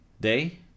day